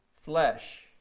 flesh